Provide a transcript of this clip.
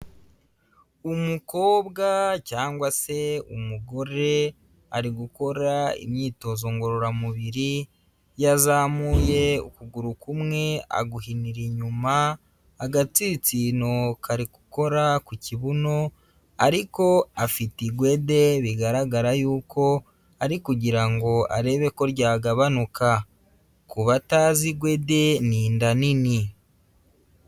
Umukobwa cyangwa se umugore, ari gukora imyitozo ngororamubiri, yazamuye ukuguru kumwe aguhinira inyuma, agatsinsino kari gukora ku kibuno ariko afite igwede, bigaragara yuko ari kugira ngo arebe ko ryagabanuka. Kubatazi igwede ni inda nini.